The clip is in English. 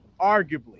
Arguably